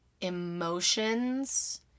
emotions